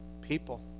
people